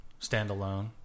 standalone